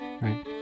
Right